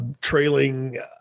trailing